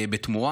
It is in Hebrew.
בתמורה